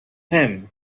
him